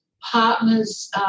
partners